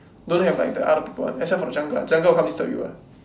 don't have like the other people [one] except for the jungle the jungle will come disturb you [one]